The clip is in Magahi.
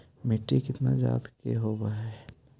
मिट्टी कितना जात के होब हय?